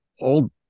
old